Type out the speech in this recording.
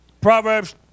Proverbs